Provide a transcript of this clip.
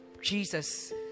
Jesus